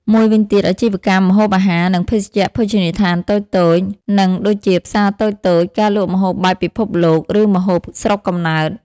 មួយវិញទៀត អាជីវកម្មម្ហូបអាហារ និងភេសជ្ជៈភោជនីយដ្ឋានតូចៗ និងដូចជាផ្សារតូចៗ ការលក់ម្ហូបបែបពិភពលោក ឬម្ហូបស្រុកកំណើត។